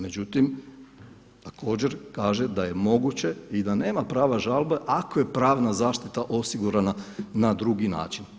Međutim, također kaže da je moguće i da nema prava žalbe ako je pravna zaštita osigurana na drugi način.